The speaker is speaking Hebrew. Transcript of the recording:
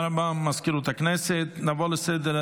מזכירות הכנסת,